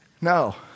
No